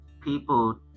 people